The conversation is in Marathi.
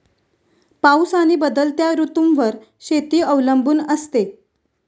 पाऊस आणि बदलत्या ऋतूंवर शेती अवलंबून असते